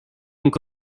donc